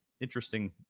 interesting